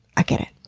i get it.